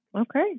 Okay